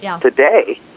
today